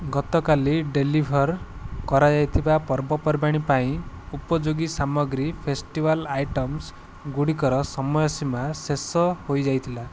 ଗତକାଲି ଡେଲିଭର୍ କରାଯାଇଥିବା ପର୍ବପର୍ବାଣି ପାଇଁ ଉପଯୋଗୀ ସାମଗ୍ରୀ ଫେଷ୍ଟିବାଲ୍ ଆଇଟମ୍ସ ଗୁଡ଼ିକର ସମୟ ସୀମା ଶେଷ ହୋଇଯାଇଥିଲା